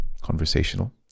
conversational